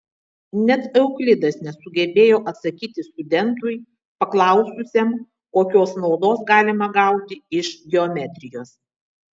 net euklidas nesugebėjo atsakyti studentui paklaususiam kokios naudos galima gauti iš geometrijos